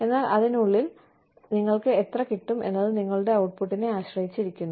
എന്നാൽ അതിനുള്ളിൽ നിങ്ങൾക്ക് എത്ര കിട്ടും എന്നത് നിങ്ങളുടെ ഔട്ട്പുട്ടിനെ ആശ്രയിച്ചിരിക്കുന്നു